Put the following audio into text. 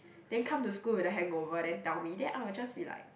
then come to school with the hangover then tell me then I'll just be like